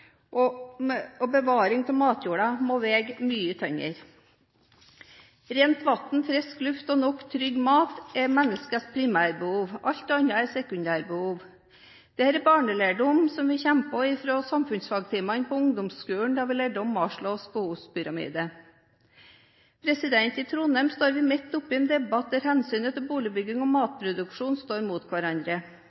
og bevaring av matjorda må veie mye tyngre. Rent vann, frisk luft og nok trygg mat er menneskets primærbehov. Alt annet er sekundærbehov. Dette er barnelærdom som vi husker fra samfunnsfagtimene på ungdomsskolen, der vi lærte om Maslows behovspyramide. I Trondheim står vi midt oppe i en debatt der hensynet til boligbygging og matproduksjon står mot hverandre.